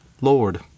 Lord